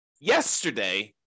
yesterday